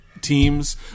teams